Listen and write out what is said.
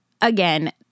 again